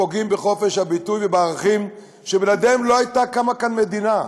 פוגעים בחופש הביטוי ובערכים שבלעדיהם לא הייתה קמה כאן מדינה.